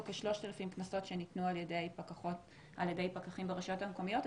כ-3,000 קנסות שניתנו על ידי פקחים ברשויות המקומיות.